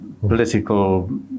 political